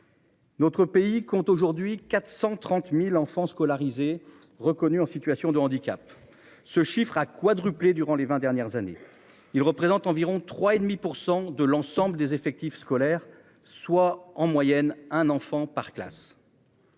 Notre pays compte aujourd'hui 430.000 enfants scolarisés reconnues en situation de handicap. Ce chiffre a quadruplé durant les 20 dernières années. Ils représentent environ trois et demi pour 100 de l'ensemble des effectifs scolaires, soit en moyenne un enfant par classe.--